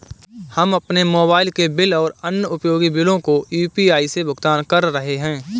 हम अपने मोबाइल के बिल और अन्य उपयोगी बिलों को यू.पी.आई से भुगतान कर रहे हैं